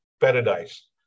paradise